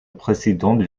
précédente